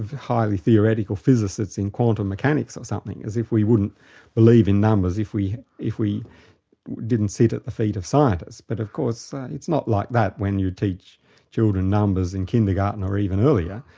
highly theoretical physicist in quantum mechanics or something, as if we wouldn't believe in numbers if we if we didn't sit at the feet of scientists. but of course it's not like that when you teach children numbers in kindergarten or even earlier,